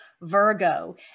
Virgo